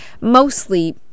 mostly